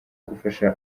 gufasha